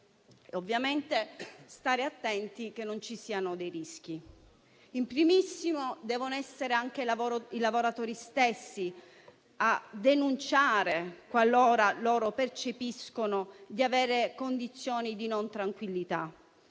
ovviamente, stare attenti che non ci siano dei rischi. *In primis* devono essere i lavoratori stessi a denunciare, qualora percepiscano di avere condizioni di non tranquillità.